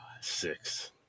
Six